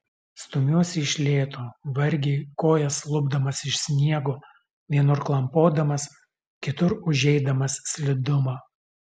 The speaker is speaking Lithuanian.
stumiuosi iš lėto vargiai kojas lupdamas iš sniego vienur klampodamas kitur užeidamas slidumą